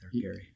Gary